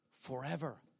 forever